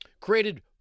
created